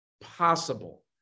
Possible